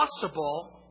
possible